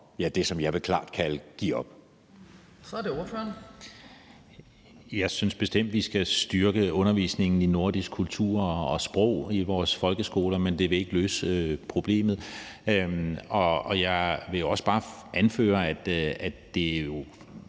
det ordføreren. Kl. 12:15 Christian Friis Bach (RV): Jeg synes bestemt, vi skal styrke undervisningen i nordisk kultur og sprog i vores folkeskoler, men det vil ikke løse problemet. Og jeg vil også bare anføre, at det jo